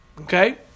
Okay